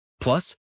Plus